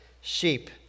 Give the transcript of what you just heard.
sheep